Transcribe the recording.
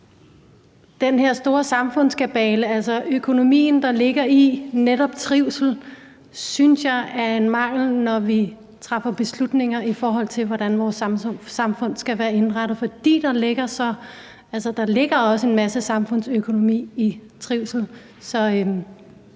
Den her store samfundskabale, altså økonomien, der ligger i netop trivsel, synes jeg er en mangel, når vi træffer beslutninger, i forhold til hvordan vores samfund skal være indrettet, for der ligger også en masse samfundsøkonomi i trivsel.